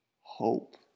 hope